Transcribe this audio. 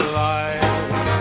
life